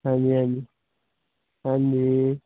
ਹਾਂਜੀ ਹਾਂਜੀ ਹਾਂਜੀ